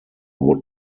would